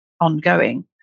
ongoing